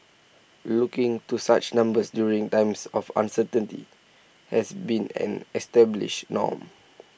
looking to such numbers during times of uncertainty has been an established norm